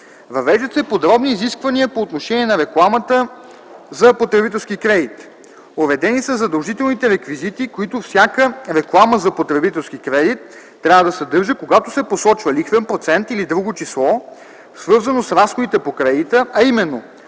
Въвеждат се подробни изисквания по отношение на рекламата за потребителски кредити. Уредени са задължителните реквизити, които всяка реклама за потребителски кредит трябва да съдържа, когато се посочва лихвен процент или друго число, свързано с разходите по кредита, а именно: